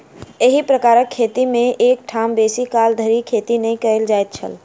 एही प्रकारक खेती मे एक ठाम बेसी काल धरि खेती नै कयल जाइत छल